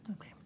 Okay